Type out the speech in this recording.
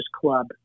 Club